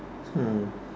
oh